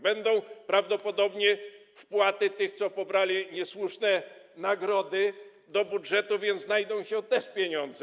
Będą prawdopodobnie wpłaty tych, co pobrali niesłusznie nagrody, do budżetu, więc znajdą się też pieniądze.